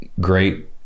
great